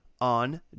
on